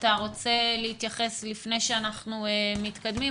אתה רוצה להתייחס לפני שאנחנו מתקדמים?